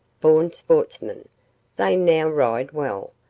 born sportsmen they now ride well,